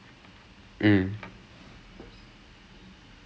in the end it's just about like cultivating interest